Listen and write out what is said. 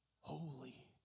holy